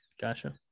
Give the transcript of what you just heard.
Gotcha